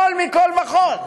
הכול מכול כול.